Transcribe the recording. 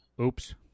Oops